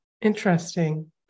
Interesting